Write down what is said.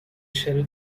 shall